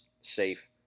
safe